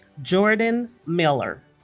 jordyn miller